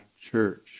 church